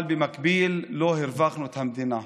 אבל במקביל לא הרווחנו את המדינה,